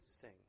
sing